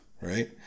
right